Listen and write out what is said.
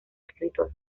escritor